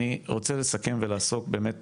אני רוצה לסכם ולעסוק באמת